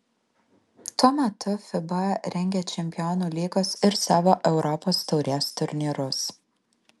tuo metu fiba rengia čempionų lygos ir savo europos taurės turnyrus